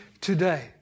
today